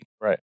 Right